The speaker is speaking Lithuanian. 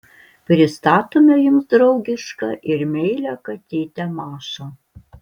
pristatome jums draugišką ir meilią katytę mašą